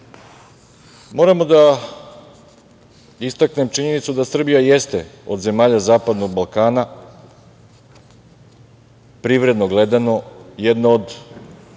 Moram da istaknem činjenicu da Srbija jeste od zemalja Zapadnog Balkana, privredno gledano, jedna od